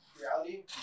Reality